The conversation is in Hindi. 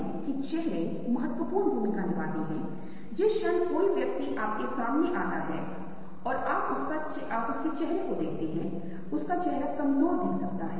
अब मुझे इसे मोड़ने और अभिविन्यास को बदलने में कुछ समय लगेगा तो आप पाएंगे कि आपको एक निश्चित प्रकार की कठिनाई का सामना करना पड़ेगा